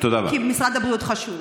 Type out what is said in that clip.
כי משרד הבריאות חשוב.